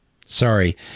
sorry